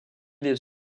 des